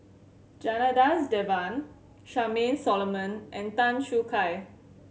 Janadas Devan Charmaine Solomon and Tan Choo Kai